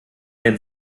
den